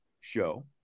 show